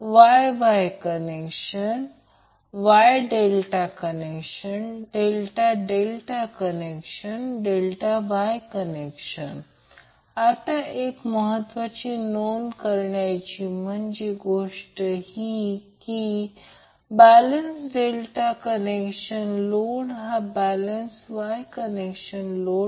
आणि त्याचप्रकारे b terminal देखील निगेटिव्ह आहे म्हणजे याचा अर्थ जेव्हा तो Vab असेल तेव्हा हे पॉझिटिव्ह आहे हे निगेटिव्ह आहे हे Vab आहे त्याचप्रमाणे Vab लिहू शकतो बाण म्हणजे पॉझिटिव्ह बाण म्हणजे पॉझिटिव्ह आणि येथे कोणताही बाण नाही म्हणजे हे निगेटिव्ह आहे